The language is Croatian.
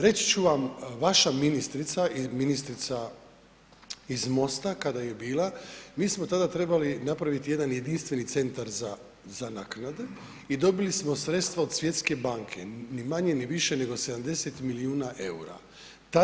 Reći ću vam, vaša ministrica i ministrica iz MOST-a kada je bila, mi smo tada trebali napraviti jedan jedinstveni centar za naknade i dobili smo sredstva od Svjetske banke, ni manje, ni više, nego 70 milijuna EUR-a.